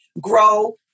grow